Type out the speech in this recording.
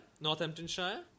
Northamptonshire